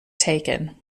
taken